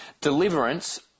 deliverance